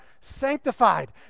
sanctified